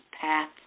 path